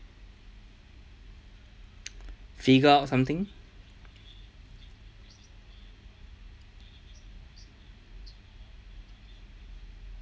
figure out something